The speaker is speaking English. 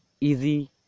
easy